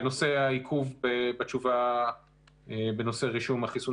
בנושא העיכוב בתשובה בנושא רישום החיסון